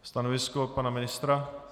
Stanovisko pana ministra?